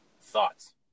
thoughts